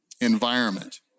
environment